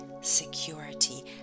security